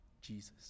Jesus